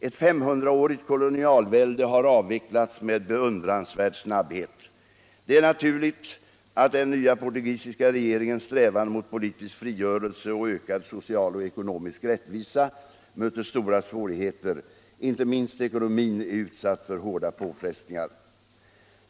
Ett femhundraårigt kolonialvälde har avvecklats med beundransvärd snabbhet. Det är naturligt att den nya portugisiska regeringens strävan mot politisk frigörelse och ökad social och ekonomisk rättvisa möter stora svårigheter. Inte minst ekonomin är utsatt för hårda påfrestningar.